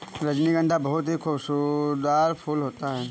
रजनीगंधा बहुत ही खुशबूदार फूल होता है